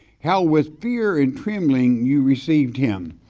how was fear and trembling you received him?